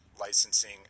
licensing